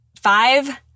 five